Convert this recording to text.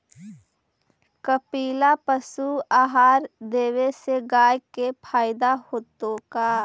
कपिला पशु आहार देवे से गाय के फायदा होतै का?